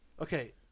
okay